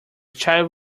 child